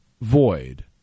Void